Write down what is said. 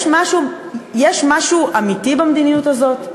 יש משהו אמיתי במדיניות הזאת?